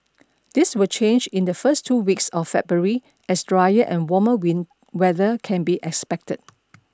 this will change in the first two weeks of February as drier and warmer win weather can be expected